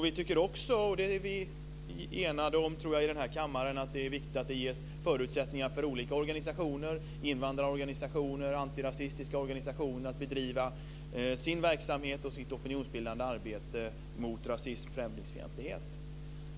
Vi tycker också - och det tror jag att vi är eniga om i den här kammaren - att det ska ges förutsättningar för olika organisationer, invandrarorganisationer och antirasistiska organisationer, att bedriva sin verksamhet och sitt opinionsbildande arbete mot rasism och främlingsfientlighet.